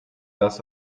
das